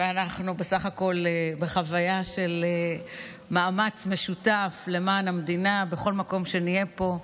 ואנחנו בסך הכול בחוויה של מאמץ משותף למען המדינה בכל מקום שנהיה בו.